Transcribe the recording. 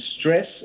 stress